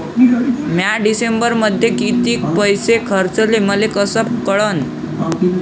म्या डिसेंबरमध्ये कितीक पैसे खर्चले मले कस कळन?